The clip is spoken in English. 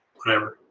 whatever.